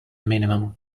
minimum